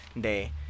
day